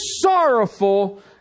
sorrowful